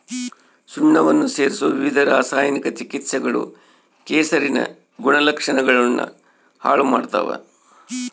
ಸುಣ್ಣವನ್ನ ಸೇರಿಸೊ ವಿವಿಧ ರಾಸಾಯನಿಕ ಚಿಕಿತ್ಸೆಗಳು ಕೆಸರಿನ ಗುಣಲಕ್ಷಣಗುಳ್ನ ಹಾಳು ಮಾಡ್ತವ